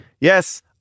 Yes